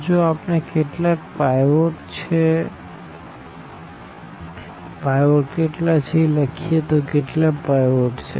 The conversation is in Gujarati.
તો જો આપણે કેટલા પાઈવોટ છે એ લખીએ તો કેટલા પાઈવોટ છે